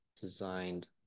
designed